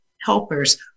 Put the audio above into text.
helpers